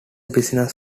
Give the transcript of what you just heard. business